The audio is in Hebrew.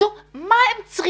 תצאו עם מה שהם צריכים.